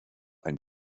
ein